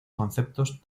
conceptos